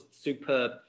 superb